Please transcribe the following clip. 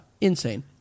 insane